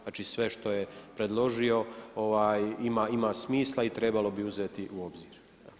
Znači sve što je predložio ima smisla i trebalo bi uzeti u obzir.